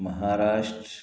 Maharashtra